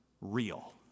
real